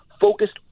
focused